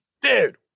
dude